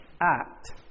act